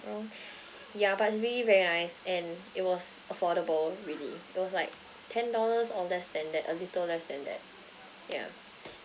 wrong yeah but it's really very nice and it was affordable really it was like ten dollars or less than that a little less than that yeah